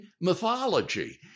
mythology